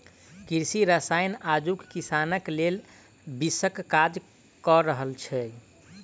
कृषि रसायन आजुक किसानक लेल विषक काज क रहल छै